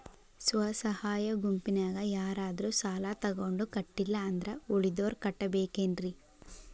ಸ್ವ ಸಹಾಯ ಗುಂಪಿನ್ಯಾಗ ಯಾರಾದ್ರೂ ಸಾಲ ತಗೊಂಡು ಕಟ್ಟಿಲ್ಲ ಅಂದ್ರ ಉಳದೋರ್ ಕಟ್ಟಬೇಕೇನ್ರಿ?